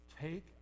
take